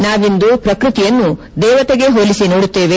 ನಾವಿಂದು ಪ್ರಕೃತಿಯನ್ನು ದೇವತೆಗೆ ಹೋಲಿಸಿ ನೋಡುತ್ತೇವೆ